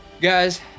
guys